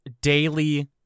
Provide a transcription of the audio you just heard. daily